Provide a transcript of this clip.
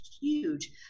huge